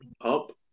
up